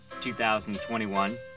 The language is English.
2021